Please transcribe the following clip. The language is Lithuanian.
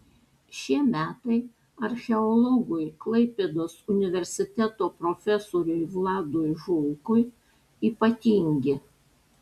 šie metai archeologui klaipėdos universiteto profesoriui vladui žulkui ypatingi